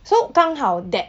so 刚好 that